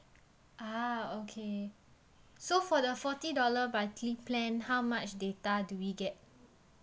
ah okay so for the forty dollar monthly plan how much data do we get